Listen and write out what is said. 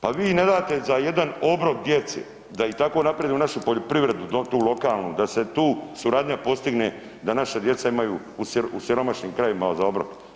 Pa vi ne date za jedan obrok djeci da i tako unapredi našu poljoprivredu lokalnu, da se tu suradnja postigne da naša djeca imaju u siromašnim krajevima za obrok.